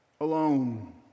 alone